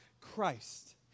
Christ